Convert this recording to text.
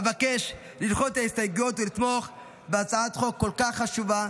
אבקש לדחות את ההסתייגויות ולתמוך בהצעת חוק כל כך חשובה,